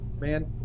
man